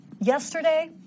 Yesterday